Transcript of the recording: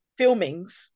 filmings